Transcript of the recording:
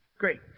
Great